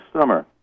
summer